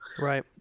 right